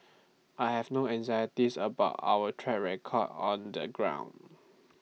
I have no anxieties about our track record on the ground